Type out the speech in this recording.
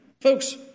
folks